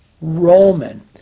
Roman